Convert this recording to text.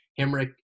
Hemrick